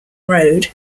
road